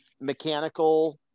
mechanical